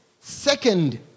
second